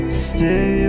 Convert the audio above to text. stay